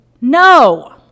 no